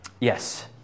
Yes